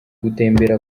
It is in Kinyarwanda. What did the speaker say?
gutembera